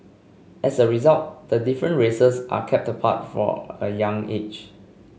as a result the different races are kept apart from a young age